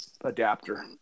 adapter